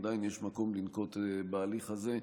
עדיין יש מקום לנקוט את ההליך הזה,